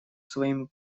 своими